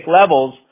levels